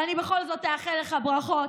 אבל אני בכל זאת אאחל לך ברכות.